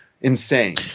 insane